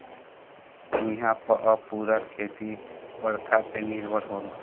इहां पअ पूरा खेती बरखा पे निर्भर होला